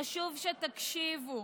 חשוב שתקשיבו,